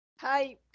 Hi